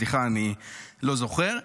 סליחה, אני לא זוכר.